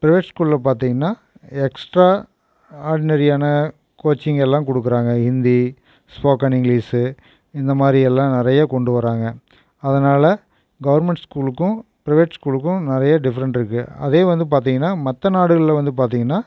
private ஸ்கூலில் பார்த்திங்கனா எக்ஸ்ட்ராஆர்ட்னரியான கோச்சிங் எல்லாம் கொடுக்குறாங்க ஹிந்தி ஸ்போக்கன் இங்க்லீஷு இந்தமாதிரி எல்லாம் நிறைய கொண்டு வராங்க அதனால் கவர்மெண்ட் ஸ்கூலுக்கும் ப்ரைவேட்ஸ் ஸ்கூலுக்கும் நிறைய டிஃபரெண்ட் இருக்குது அதே வந்து பார்த்திங்கனா மற்ற நாடுகளில் வந்து பார்த்திங்கனா